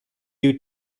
due